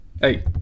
Hey